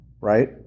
Right